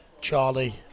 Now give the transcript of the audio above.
Charlie